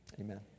amen